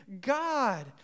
God